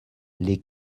les